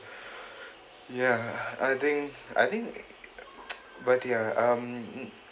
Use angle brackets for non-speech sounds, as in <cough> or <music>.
<breath> ya I think I think <noise> but ya um